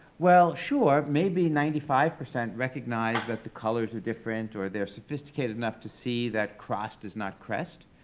well, sure, maybe ninety five percent recognize that the colors are different or they're sophisticated enough to see that crost is not crest,